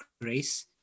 grace